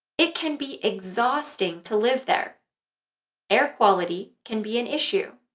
it can be exhausting to live there air quality can be an issue